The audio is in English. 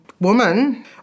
woman